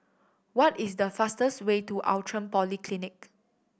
what is the fastest way to Outram Polyclinic